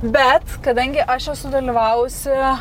bet kadangi aš esu dalyvavusi